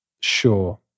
sure